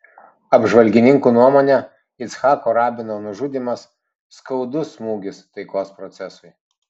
apžvalgininkų nuomone icchako rabino nužudymas skaudus smūgis taikos procesui